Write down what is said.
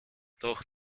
doch